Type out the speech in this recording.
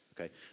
Okay